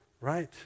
right